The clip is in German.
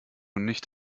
nicht